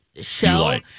show